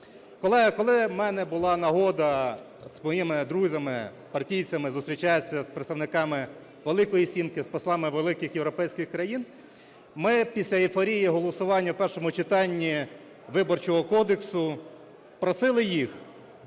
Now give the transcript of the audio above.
коли у мене була нагода з своїми друзями партійцями зустрічатися з представниками "Великої сімки", з послами великих європейських країн, ми після ейфорії голосування в першому читанні Виборчого кодексу просили їх: